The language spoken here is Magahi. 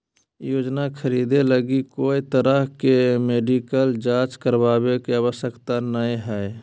योजना खरीदे लगी कोय तरह के मेडिकल जांच करावे के आवश्यकता नयय हइ